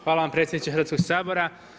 Hvala vam predsjedniče Hrvatskog sabora.